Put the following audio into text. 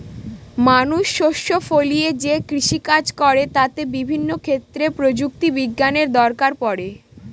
মানুষ শস্য ফলিয়ে যে কৃষিকাজ করে তাতে বিভিন্ন ক্ষেত্রে প্রযুক্তি বিজ্ঞানের দরকার পড়ে